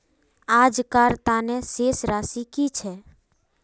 आजकार तने शेष राशि कि छे?